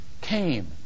came